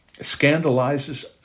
Scandalizes